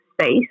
space